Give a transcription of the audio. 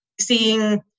seeing